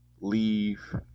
leave